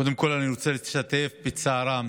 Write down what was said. קודם כול אני רוצה להשתתף בצערן